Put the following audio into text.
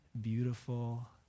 beautiful